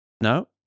no